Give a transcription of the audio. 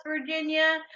Virginia